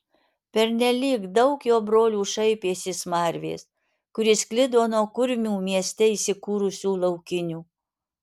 pernelyg daug jo brolių šaipėsi iš smarvės kuri sklido nuo kurmių mieste įsikūrusių laukinių